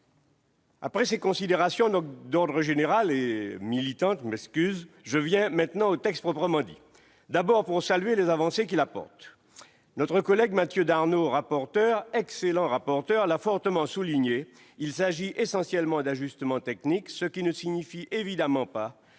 Après ces considérations d'ordre général, voire militant, j'en viens maintenant aux textes proprement dits. D'abord, je salue les avancées qu'ils apportent. Notre collègue, et excellent rapporteur, Mathieu Darnaud l'a fort justement souligné, il s'agit essentiellement d'ajustements techniques, ce qui ne signifie évidemment pas